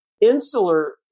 insular